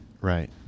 Right